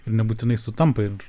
ir nebūtinai sutampa ir